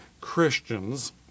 Christians